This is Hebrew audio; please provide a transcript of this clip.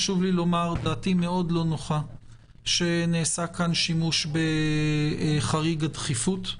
חשוב לי לומר שדעתי מאוד לא נוחה שנעשה כאן שימוש בחריג הדחיפות.